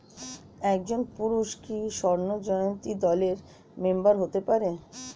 একজন পুরুষ কি স্বর্ণ জয়ন্তী দলের মেম্বার হতে পারে?